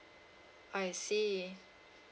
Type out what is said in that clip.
I see